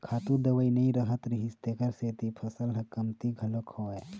खातू दवई नइ रहत रिहिस तेखर सेती फसल ह कमती घलोक होवय